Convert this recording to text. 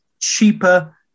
cheaper